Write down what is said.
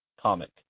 comic